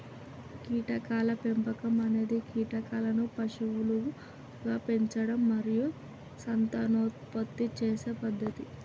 కీటకాల పెంపకం అనేది కీటకాలను పశువులుగా పెంచడం మరియు సంతానోత్పత్తి చేసే పద్ధతి